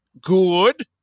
Good